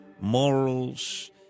morals